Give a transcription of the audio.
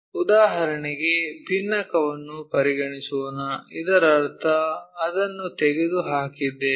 ಉದಾಹರಣೆಗೆ ಬಿನ್ನಕವನ್ನು ಪರಿಗಣಿಸೋಣ ಇದರರ್ಥ ಅದನ್ನು ತೆಗೆದುಹಾಕಿದ್ದೇವೆ